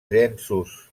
llenços